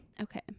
Okay